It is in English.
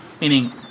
meaning